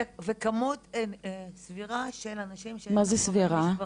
וכמות סבירה של אנשים --- מה זה סבירה?